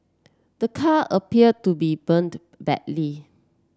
the car appeared to be burnt badly